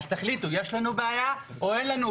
אז תחליטו, יש לנו בעיה או אין לנו בעיה.